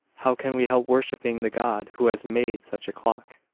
how can we help worshiping the god who has made such a clock!